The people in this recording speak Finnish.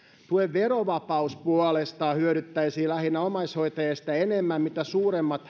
tuen verovapaus puolestaan hyödyttäisi lähinnä omaishoitajia sitä enemmän mitä suuremmat